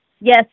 Yes